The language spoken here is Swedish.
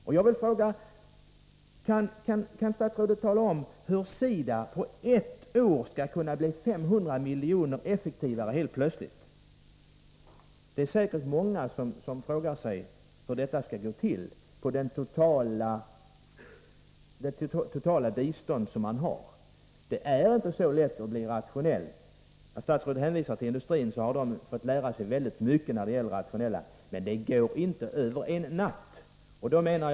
Kan statsrådet tala om hur SIDA på ett år skall kunna bli för 500 milj.kr.effektivare. Det är säkert många som frågar sig hur detta skall gå till med tanke på den totala biståndsbudget som man har. Det är inte så lätt att bli rationell. Statsrådet hänvisar till industrin och att man där har fått lära sig väldigt mycket när det gäller rationaliseringar. Men det går inte att rationalisera över en natt.